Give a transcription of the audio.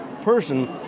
person